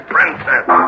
Princess